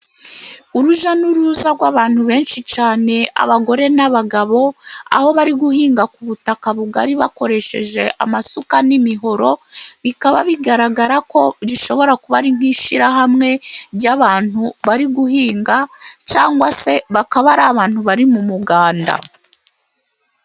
Urujya n'uruza rw'abantu benshi cyane, abagore n'abagabo aho bari guhinga ku butaka bugari bakoresheje amasuka n'imihoro, bikaba bigaragara ko rishobora kuba ari nk'ishirahamwe ry'abantu bari guhinga cyarwa se bakaba ari abantu bari mu muganda.